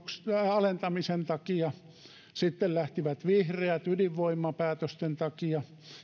alentamisen takia sitten lähtivät vihreät ydinvoimapäätösten takia